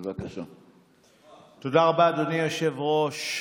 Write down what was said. תודה רבה, אדוני היושב-ראש.